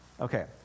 Okay